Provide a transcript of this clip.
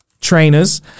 trainers